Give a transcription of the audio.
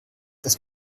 das